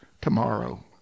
tomorrow